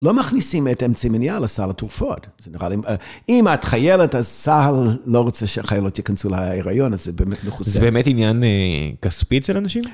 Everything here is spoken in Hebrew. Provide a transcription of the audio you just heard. לא מכניסים את אמצעי מניעה לסל התרופות. אם את חיילת, אז צה"ל לא רוצה שחיילות יכנסו להריון, אז זה באמת מכוסה. זה באמת עניין כספי אצל אנשים?